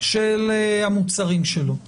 של המוצרים שלו.